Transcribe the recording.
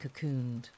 cocooned